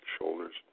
shoulders